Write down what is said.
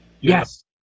Yes